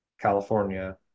California